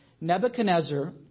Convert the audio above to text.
Nebuchadnezzar